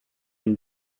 and